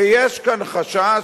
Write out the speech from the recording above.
ויש כאן חשש,